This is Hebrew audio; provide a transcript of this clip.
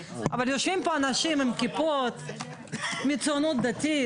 אבל יושבים פה אנשים עם כיפות מהציונות הדתית.